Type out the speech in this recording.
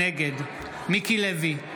נגד מיקי לוי,